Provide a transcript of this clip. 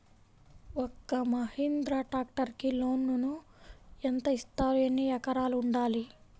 ఒక్క మహీంద్రా ట్రాక్టర్కి లోనును యెంత ఇస్తారు? ఎన్ని ఎకరాలు ఉండాలి?